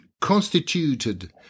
constituted